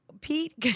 Pete